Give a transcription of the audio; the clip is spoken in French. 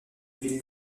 ville